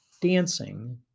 dancing